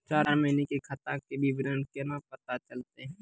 चार महिना के खाता के विवरण केना पता चलतै?